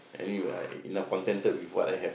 I knew I enough contented with what I have